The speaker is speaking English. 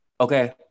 okay